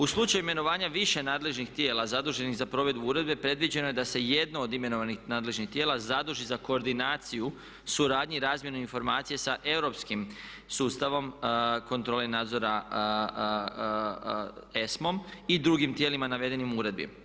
U slučaju imenovanja više nadležnih tijela zaduženih za provedbu uredbe predviđeno je da se jedno od imenovanih nadležnih tijela zaduži za koordinaciju, suradnju i razmjenu informacija sa europskim sustavim kontrole i nadzora ESMA-om i drugim tijelima navedenim u Uredbi.